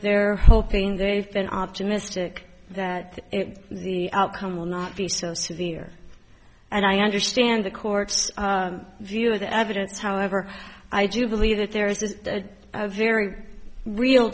they're hoping they've been optimistic that the outcome will not be so severe and i understand the court's view of the evidence however i do believe that there is a very real